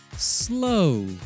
slow